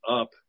up